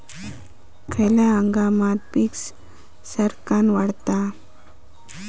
खयल्या हंगामात पीका सरक्कान वाढतत?